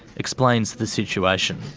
explains the situation.